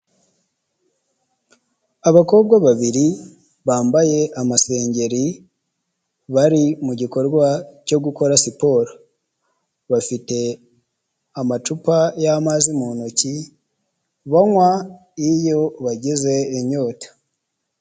Abakobwa babiri bambaye amasengeri bari mu gikorwa cyo gukora siporo, bafite amacupa y'amazi mu ntoki banywa iyo bagize inyota.